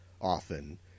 often